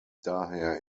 daher